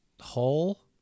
Hole